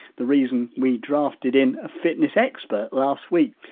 the reason we drafted in a fitness expert last week.